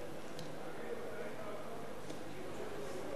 בעד ההצעה להעביר את הנושא לוועדה, 6 נגד,